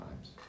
times